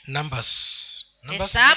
Numbers